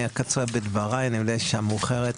אני אקצר בדבריי, אני יודע שהשעה מאוחרת.